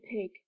pig